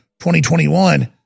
2021